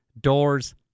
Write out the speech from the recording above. doors